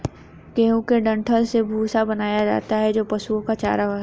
गेहूं के डंठल से भूसा बनाया जाता है जो पशुओं का चारा है